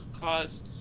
cause